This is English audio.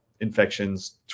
infections